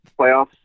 Playoffs